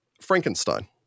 Frankenstein